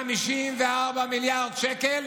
54 מיליארד שקל,